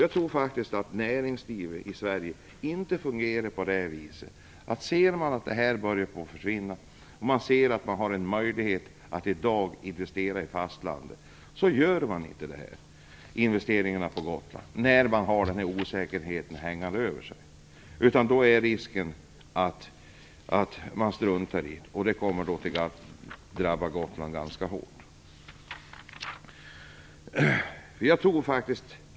Jag tror att det svenska näringslivet fungerar så, att om förutsättningarna börjar försämras gör man sina investeringar på fastlandet och inte på Gotland. Det är risk för detta, om man har en sådan här osäkerhet hängande över sig, och då kommer Gotland att drabbas ganska hårt.